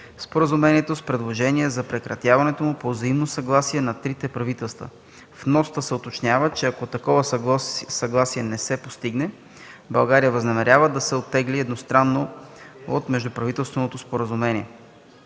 Споразумението, с предложение за прекратяването му по взаимно съгласие на трите правителства. В нотата се уточнява, че ако такова съгласие не се постигне, България възнамерява да се оттегли едностранно от Междуправителственото споразумение.